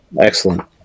Excellent